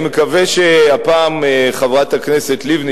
אני מקווה שהפעם חברת הכנסת לבני,